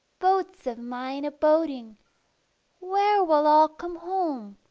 boats of mine a-boating where will all come home?